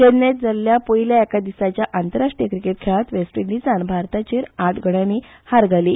चेन्नय जाल्ल्या पयल्या एका दिखाच्या आंतरराष्ट्रीय किकेट खेळांत वेस्टइंडिजान भारताचेर आठ गडयांनी हार्ट घाली